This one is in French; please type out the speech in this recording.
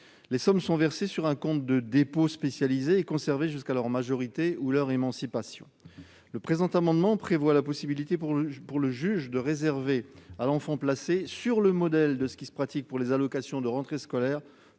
Les sommes sont versées sur un compte de dépôt spécialisé et conservées jusqu'à la majorité ou l'émancipation des enfants. Le présent amendement tend à prévoir la possibilité, pour le juge, de réserver à l'enfant placé, sur le modèle de ce qui se pratique pour les allocations de rentrée scolaire,